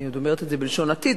אני עוד אומרת את זה בלשון עתיד,